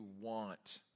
want